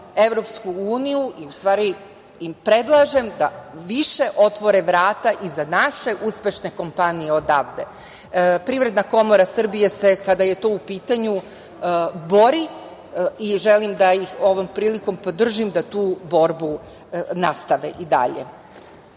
molim EU, u stvari, ja im predlažem da više otvore vrata i za naše uspešne kompanije odavde. Privredna komora Srbije, kada je to u pitanju, bori se i želim da ih ovom prilikom podržim da tu borbu nastavi i dalje. Nikada